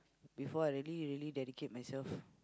before I really really dedicate myself